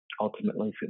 ultimately